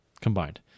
combined